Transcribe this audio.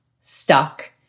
stuck